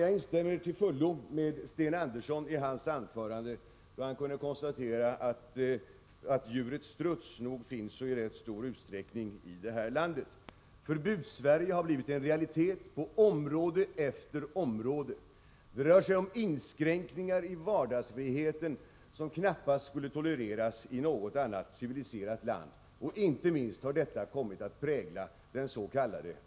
Jag instämmer till fullo med Sten Andersson i Malmö när han i sitt anförande kunde konstatera att djuret struts nog finns i rätt stor utsträckning i det här landet. Förbudssverige har blivit en realitet på område efter område. Det rör sig om inskränkningar i vardagsfriheten som knappast skulle tolereras i något annat civiliserat land. Inte minst har detta kommit att prägla dens.k.